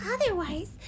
Otherwise